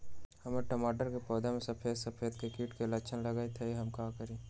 हमर टमाटर के पौधा में सफेद सफेद कीट के लक्षण लगई थई हम का करू?